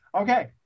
Okay